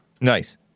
Nice